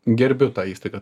gerbiu tą įstaigą